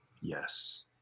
Yes